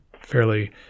fairly